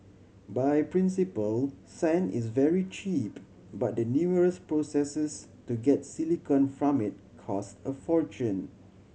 by principle sand is very cheap but the numerous processes to get silicon from it cost a fortune